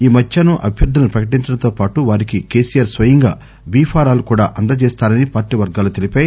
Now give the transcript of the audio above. ఈ మధ్యాహ్నం అభ్యర్దులను పకటించటంతోపాటు వారికి కెసిఆర్ స్వయంగా బిఫారాలు కూడా అందజేస్తారని పార్టీ వర్గాలు తెలిపాయి